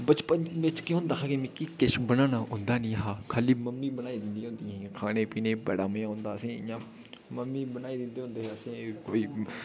बचपन बिच्च केह् होंदा ही कि मिकी किश बनाना होंदा नेईं हा खाल्ली मम्मी बनाई दिंदियां होंदियां हियां खाने पीने बड़ा मजा होंदा असें ई इ'यां मम्मी बमाई दिंदे होंदे हे असें ई कोई